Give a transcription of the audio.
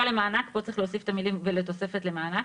למענק -- פה צריך להוסיף את המילים "ולתוספת למענק".